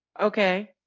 Okay